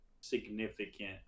significant